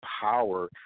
power